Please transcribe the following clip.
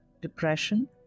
depression